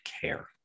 care